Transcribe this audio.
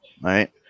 right